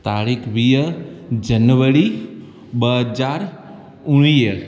तारीख़ वीह जनवरी ॿ हज़ार उणिवीह